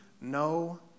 no